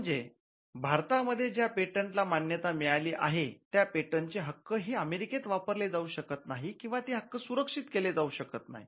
म्हणजे भारतामध्ये ज्या पेटंटला मान्यता मिळालेली आहे त्या पेटंटचे हक्क हे अमेरिकेत वापरले जाऊ शकत नाहीत किंवा ते हक्क सुरक्षित केले जाऊ शकत नाही